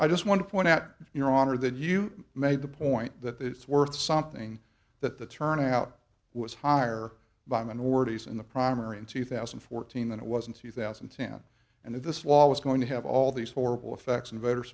i just want to point out your honor that you made the point that it's worth something that the turnout was higher by minorities in the primary in two thousand and fourteen than it was in two thousand and ten and if this was going to have all these horrible effects and voter